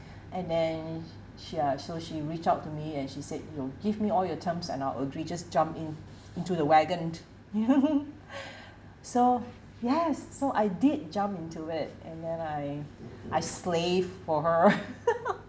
and then ya so she reached out to me and she said you give me all terms and I'll agree just jump in into the wagon so yes so I did jump into it and then I I slaved for her right